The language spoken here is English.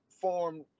form